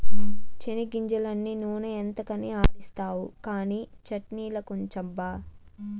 చెనిగ్గింజలన్నీ నూనె ఎంతకని ఆడిస్తావు కానీ చట్ట్నిలకుంచబ్బా